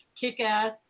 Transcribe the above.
Kick-Ass